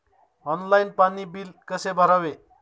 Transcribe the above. Online पाणी bill कसे भरावे?